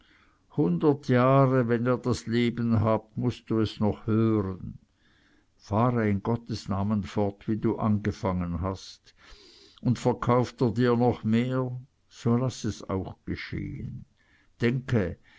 hundert jahre wenn ihr das leben habt mußt du es noch hören fahre in gottes namen fort wie du angefangen hast und verkauft er dir noch mehr so lasse es auch geschehen denke